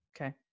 Okay